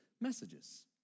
messages